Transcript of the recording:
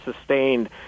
sustained